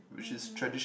mmhmm